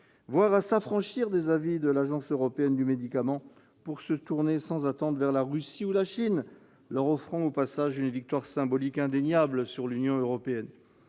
voire à s'affranchir des avis de l'Agence européenne des médicaments, pour se tourner sans attendre vers la Russie ou la Chine, leur offrant au passage une victoire symbolique indéniable sur l'Union européenne.